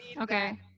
Okay